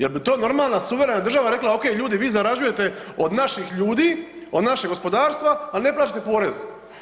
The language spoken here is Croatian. Jel bi to normalna suverena država rekla, ok, ljudi vi zarađujete od naših ljudi, od našeg gospodarstva, a ne plaćate porez.